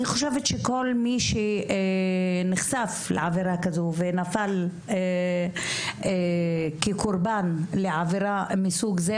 אני חושבת שכל מי שנחשף לעבירה כזו ונפל כקורבן לעבירה מסוג זה,